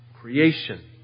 creation